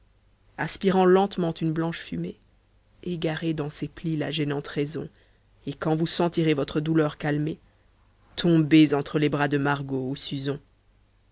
aspirant lentement une blanche fumée egarez dans ses plis la gênante raison et quand vous sentirez votre douleur calmée tombez entre les bras de margot ou suzon